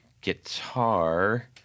guitar